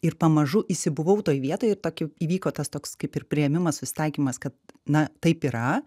ir pamažu įsibuvau toj vietoj ir tokį įvyko tas toks kaip ir priėmimas susitaikymas kad na taip yra